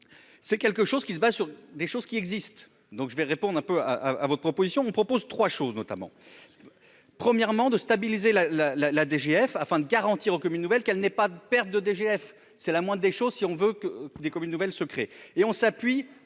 c'est quelque chose qui se base sur des choses qui existent, donc je vais répondre un peu à, à votre proposition vous propose 3 choses notamment premièrement de stabiliser la la la la DGF afin de garantir aux communes nouvelle qu'elle n'ait pas de perte de DGF, c'est la moindre des choses si on veut que des communes nouvelles se créent, et on s'appuie